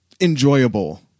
Enjoyable